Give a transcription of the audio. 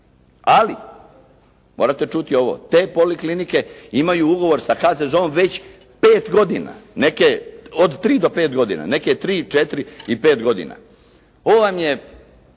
Ali morate čuti ovo. Te poliklinike imaju ugovor sa HZZO-om već pet godina, neke od tri do pet godina. Neke tri, četiri i pet godina. Ovo vam je